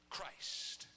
Christ